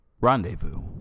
Rendezvous